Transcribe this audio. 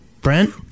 Brent